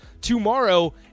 tomorrow